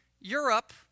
Europe